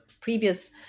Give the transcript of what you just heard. previous